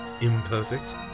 imperfect